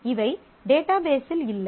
இவை டேட்டாபேஸ்சில் இல்லை